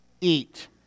eat